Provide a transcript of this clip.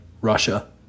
Russia